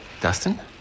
Dustin